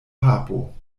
papo